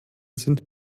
sind